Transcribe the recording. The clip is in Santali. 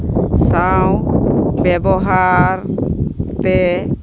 ᱥᱟᱶ ᱵᱮᱵᱚᱦᱟᱨ ᱯᱮ